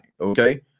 okay